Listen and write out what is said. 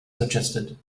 suggested